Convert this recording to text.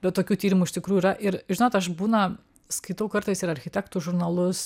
bet tokių tyrimų iš tikrųjų yra ir žinot aš būna skaitau kartais ir architektų žurnalus